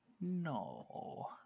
No